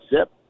zip